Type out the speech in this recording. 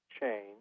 change